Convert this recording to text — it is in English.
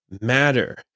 matter